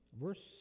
verse